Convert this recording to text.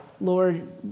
Lord